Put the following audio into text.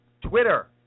Twitter